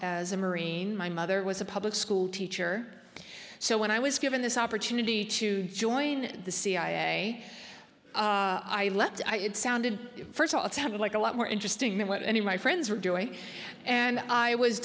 as a marine my mother was a public schoolteacher so when i was given this opportunity to join the cia i left i it sounded first of all it sounded like a lot more interesting than what any of my friends were doing and i was